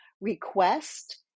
Request